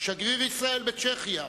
שגריר ישראל בצ'כיה,